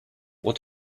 what